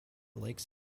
lakes